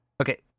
okay